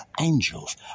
Angels